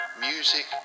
music